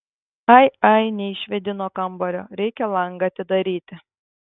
ai ai neišvėdino kambario reikia langą atidaryti